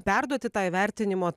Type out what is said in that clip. perduoti tai vertinimo